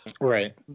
Right